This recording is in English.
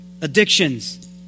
addictions